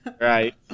Right